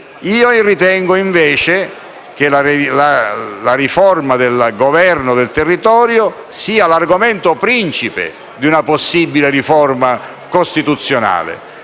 Ritengo, invece, che la riforma del governo del territorio sia l'argomento principe di una possibile riforma costituzionale,